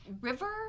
River